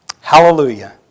hallelujah